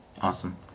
Awesome